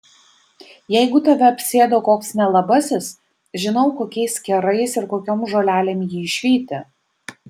jeigu tave apsėdo koks nelabasis žinau kokiais kerais ir kokiom žolelėm jį išvyti